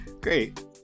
Great